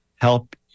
help